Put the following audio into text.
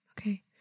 Okay